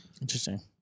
Interesting